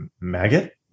maggot